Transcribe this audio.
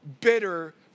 bitter